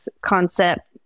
concept